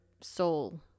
soul